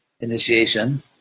initiation